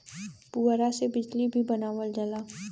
पुवरा से बिजली भी बनावल जाला